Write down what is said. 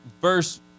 verse